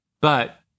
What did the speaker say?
But-